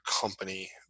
company